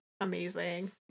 amazing